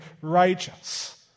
righteous